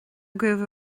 agaibh